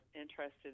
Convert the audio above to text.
interested